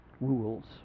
rules